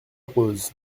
rose